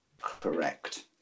Correct